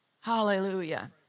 Hallelujah